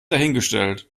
dahingestellt